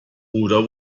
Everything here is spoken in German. oder